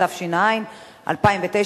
התש"ע 2009,